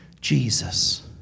Jesus